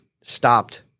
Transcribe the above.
stopped